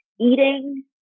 eating